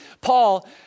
Paul